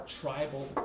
tribal